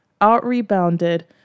out-rebounded